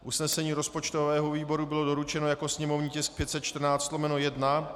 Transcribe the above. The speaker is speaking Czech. Usnesení rozpočtového výboru bylo doručeno jako sněmovní tisk 514/1.